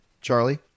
charlie